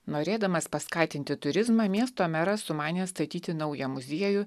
norėdamas paskatinti turizmą miesto meras sumanė statyti naują muziejų